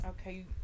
Okay